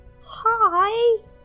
Hi